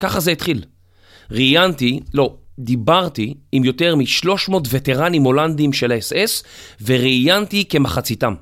ככה זה התחיל, ראיינתי, לא, דיברתי עם יותר מ-300 וטראנים הולנדים של ה-SS וראיינתי כמחציתם.